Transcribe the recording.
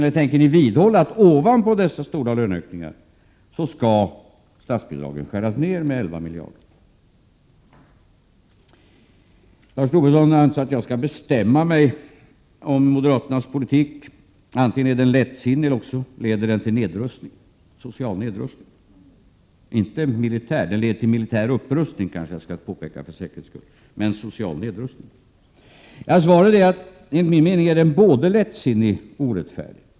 Eller tänker ni vidhålla att det ovanpå dessa stora löneökningar skall göras nedskärningar i statsbidragen med 11 miljarder kronor? Lars Tobisson anser att jag skall bestämma mig om moderaternas politik, om den antingen är lättsinnig eller om den leder till social nedrustning — inte militär. Jag kanske för säkerhets skull skall påpeka att den leder till militär upprustning, men till social nedrustning. Svaret är att den moderata politiken enligt min mening är både lättsinnig och orättfärdig.